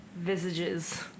visages